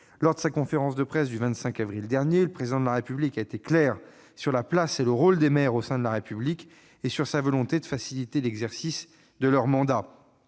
Lors de sa conférence de presse du 25 avril dernier, le Président de la République a été clair sur la place et le rôle des maires au sein de la République, ainsi que sur sa volonté de faciliter l'exercice de leur mandat.